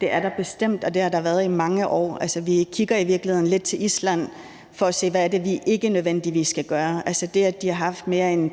Det er der bestemt, og det har der været i mange år. Altså, vi kigger i virkeligheden lidt til Island for at se, hvad det er, vi ikke nødvendigvis skal gøre. Det, at de har haft mere end